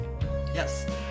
yes